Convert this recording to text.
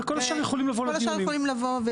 וכל השאר יכולים לבוא לדיונים.